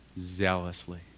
zealously